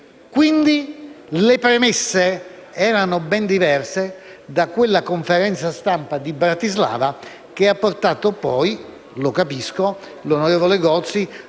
Quindi, le premesse erano ben diverse da quella conferenza stampa di Bratislava che ha portato poi - lo capisco - l'onorevole Gozi